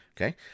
Okay